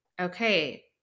Okay